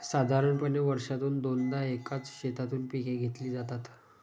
साधारणपणे वर्षातून दोनदा एकाच शेतातून पिके घेतली जातात